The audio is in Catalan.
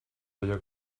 allò